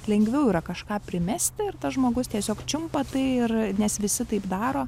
lengviau yra kažką primesti ir tas žmogus tiesiog čiumpa tai ir nes visi taip daro